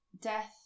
death